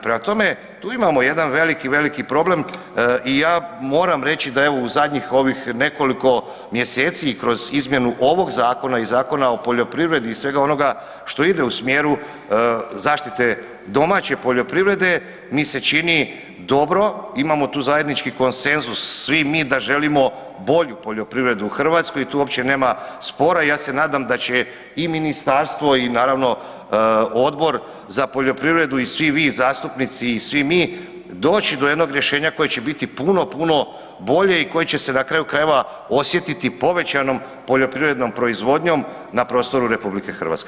Prema tome, tu imamo veliki, veliki problem i ja moram reći da evo u zadnjih ovih nekoliko mjeseci i kroz izmjenu ovog zakona i Zakona o poljoprivredi i svega onoga što ide u smjeru zaštite domaće poljoprivrede mi se čini dobro, imamo tu zajednički konsenzus svi mi da želimo bolju poljoprivredu u Hrvatskoj i tu uopće nema spora i ja se nadam da će i ministarstvo i naravno Odbor za poljoprivredu i svi vi zastupnici i svi mi doći do jednog rješenja koje će biti puno puno bolje i koje će se na kraju krajeva osjetiti povećanom poljoprivrednom proizvodnjom na prostoru RH.